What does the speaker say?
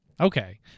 Okay